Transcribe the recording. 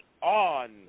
on